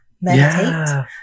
meditate